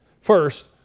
First